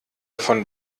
von